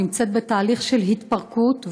נמצאת בתהליך של התפרקות,